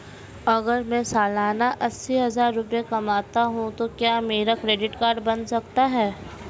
अगर मैं सालाना अस्सी हज़ार रुपये कमाता हूं तो क्या मेरा क्रेडिट कार्ड बन सकता है?